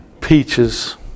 peaches